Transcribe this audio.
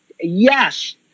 Yes